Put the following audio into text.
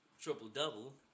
triple-double